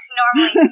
normally